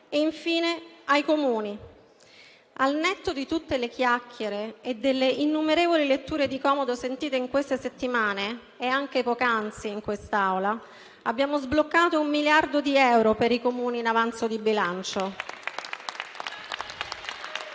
infine, ai Comuni. Al netto di tutte le chiacchiere e delle innumerevoli letture di comodo sentite in queste settimane e anche poc'anzi in quest'Aula, abbiamo sbloccato un miliardo di euro per i Comuni in avanzo di bilancio